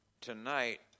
tonight